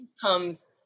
comes